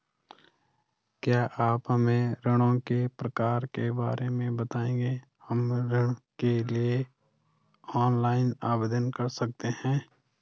क्या आप हमें ऋणों के प्रकार के बारे में बताएँगे हम ऋण के लिए ऑनलाइन आवेदन कर सकते हैं?